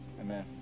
Amen